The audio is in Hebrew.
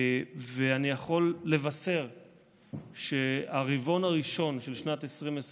אני יכול לבשר שהרבעון הראשון של שנת 2021